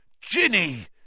Ginny